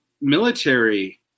military